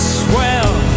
swell